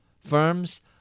firms